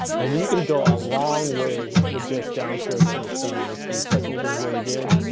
and you can go a long way with just down strokes in your strumming, if your technique is really good,